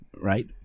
right